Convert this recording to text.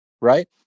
Right